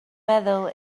meddwl